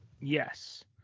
yes